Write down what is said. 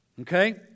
Okay